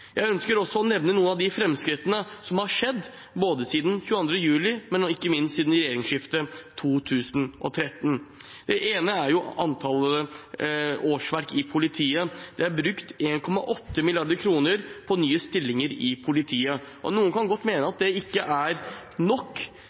Jeg ønsker også å nevne noen av de framskrittene som har skjedd siden 22. juli, og ikke minst siden regjeringsskiftet 2013. Det ene er antall årsverk i politiet. Det er brukt 1,8 mrd. kr på nye stillinger i politiet. Noen kan godt mene at det ikke er nok,